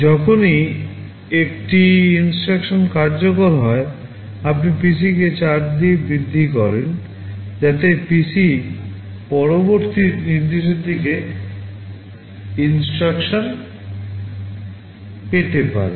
যখনই একটি INSTRUCTION কার্যকর হয় আপনি PCকে 4 দ্বারা বৃদ্ধি করেন যাতে PC পরবর্তী নির্দেশের দিকে INSTRUCTION পেতে পারে